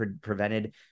prevented